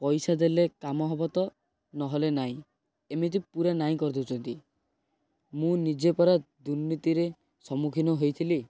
ପଇସା ଦେଲେ କାମ ହବ ତ ନହେଲେ ନାହିଁ ଏମିତି ପୁରା ନାହିଁ କରି ଦଉଛନ୍ତି ମୁଁ ନିଜେ ପରା ଦୁର୍ନୀତିରେ ସମ୍ମୁଖୀନ ହୋଇଥିଲି